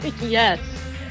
Yes